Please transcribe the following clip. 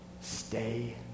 Stay